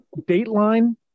dateline